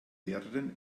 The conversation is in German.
lehrerin